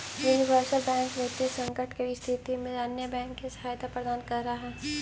universal bank वित्तीय संकट के स्थिति में अन्य बैंक के सहायता प्रदान करऽ हइ